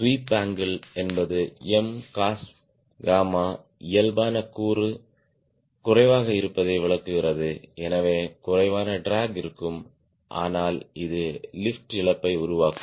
sweep angle என்பது 𝑀𝑐𝑜𝑠𝛬 இயல்பான கூறு குறைவாக இருப்பதை விளக்குகிறது எனவே குறைவான ட்ராக் இருக்கும் ஆனால் இது லிப்ட் இழப்பை உருவாக்கும்